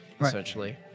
essentially